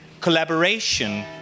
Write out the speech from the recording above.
collaboration